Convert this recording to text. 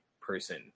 person